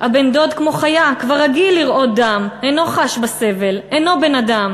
הבן-דוד כמו חיה / כבר רגיל לראות דם / אינו חש בסבל / אינו בן-אדם